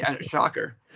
shocker